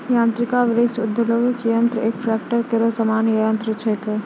यांत्रिक वृक्ष उद्वेलक यंत्र एक ट्रेक्टर केरो सामान्य यंत्र छिकै